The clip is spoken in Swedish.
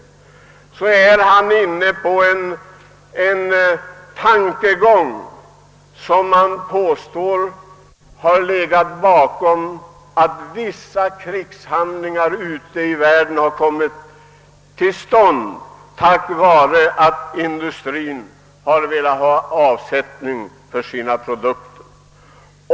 Därmed kom han in på en tankegång som påstås ha legat bakom att vissa krigshandlingar ute i världen har kommit till stånd: industrien har velat ha avsättning för sina produkter.